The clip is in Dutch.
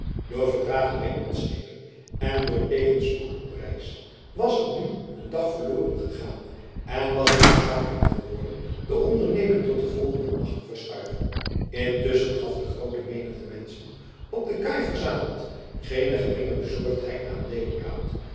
door vertraging bij inscheping en door tegenspoed op reis was er nu een dag verloren gegaan en was het noodzakelijk geworden de onderneming tot den volgenden nacht te verschuiven intusschen gaf de groote menigte menschen op de kaai verzameld geene geringe bezorgdheid aan